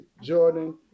Jordan